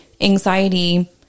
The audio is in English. anxiety